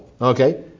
Okay